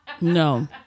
No